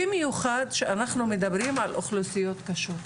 במיוחד כשאנחנו מדברים על אוכלוסיות קשות.